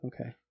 Okay